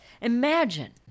Imagine